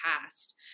past